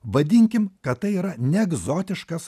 vadinkim kad tai yra neegzotiškas